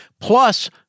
plus